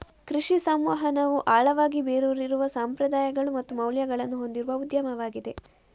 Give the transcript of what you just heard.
ಕೃಷಿ ಸಂವಹನವು ಆಳವಾಗಿ ಬೇರೂರಿರುವ ಸಂಪ್ರದಾಯಗಳು ಮತ್ತು ಮೌಲ್ಯಗಳನ್ನು ಹೊಂದಿರುವ ಉದ್ಯಮವಾಗಿದೆ